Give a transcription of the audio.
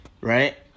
Right